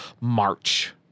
March